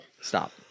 Stop